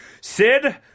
Sid